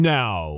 now